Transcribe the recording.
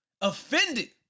offended